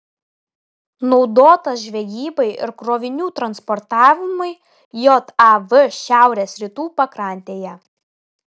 naudotas žvejybai ir krovinių transportavimui jav šiaurės rytų pakrantėje